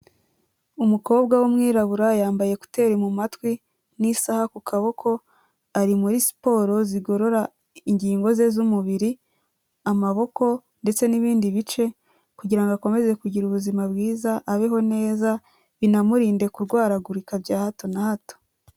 Umukobwa w'umwirabura yambaye ekuteri mu matwi n'isaha ku kaboko, ari muri siporo zigorora ingingo ze z'umubiri amaboko ndetse n'ibindi bice kugira ngo akomeze kugira ubuzima bwiza abeho neza, binamurinde kurwaragurika bya hato na hato.